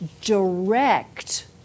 direct